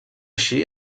així